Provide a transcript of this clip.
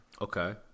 Okay